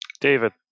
David